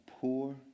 poor